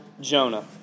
Jonah